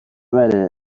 بله